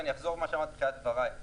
אחזור על מה שאמרתי בתחילת דבריי,